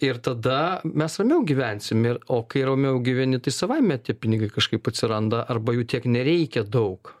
ir tada mes ramiau gyvensim ir o kai ramiau gyveni tai savaime tie pinigai kažkaip atsiranda arba jų tiek nereikia daug